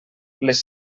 les